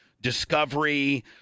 Discovery